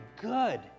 good